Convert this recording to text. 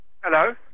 Hello